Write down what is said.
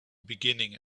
beginning